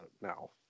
now